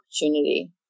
opportunity